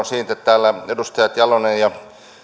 siitä että täällä edustajat jalonen ja